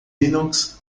linux